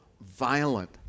violent